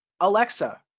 Alexa